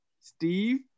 Steve